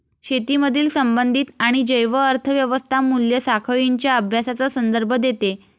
शेतीमधील संबंधित आणि जैव अर्थ व्यवस्था मूल्य साखळींच्या अभ्यासाचा संदर्भ देते